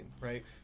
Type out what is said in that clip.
right